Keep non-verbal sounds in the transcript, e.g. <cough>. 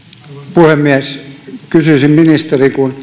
puhemies kysyisin ministeriltä kun <unintelligible>